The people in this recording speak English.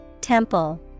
Temple